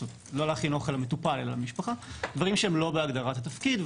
לא להכין למטופל אלא למשפחה דברים שהם לא בהגדרת התפקיד,